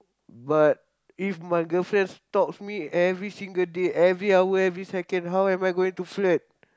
but if my girlfriend stalks me every single day every hour every second how am I going to flirt